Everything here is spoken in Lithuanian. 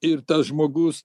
ir tas žmogus